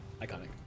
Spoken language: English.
Iconic